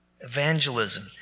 evangelism